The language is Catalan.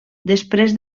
després